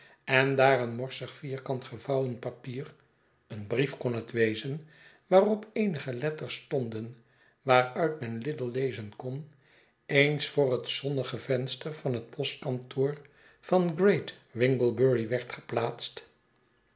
en daar een morsig vierkant geyouwen papier een brief kon het wezen waarop eenige letters stonden waaruit men little lezen kon eens voor het zonnige venster van het postkantoor van greatwinglebury werd geplaatst